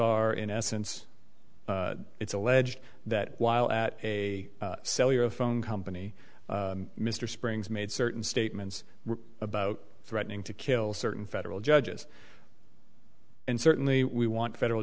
are in essence it's alleged that while at a cellular phone company mr springs made certain statements about threatening to kill certain federal judges and certainly we want federal